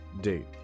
Date